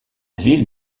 ville